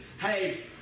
hey